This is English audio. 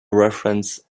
reference